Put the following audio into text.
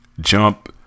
Jump